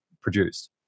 produced